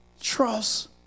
trust